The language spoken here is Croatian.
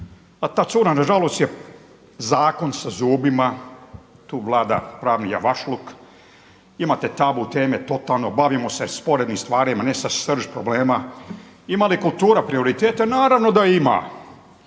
a ta cura nažalost je zakon sa zubima, tu vlada pravni javašluk, imate tabu teme totalno, bavimo se sporednim stvarima ne sa srž problema. Ima li kultura prioritete? Naravno da ima.